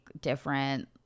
different